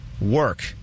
work